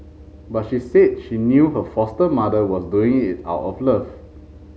but she said she knew her foster mother was doing it out of love